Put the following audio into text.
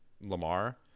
Lamar